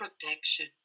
protection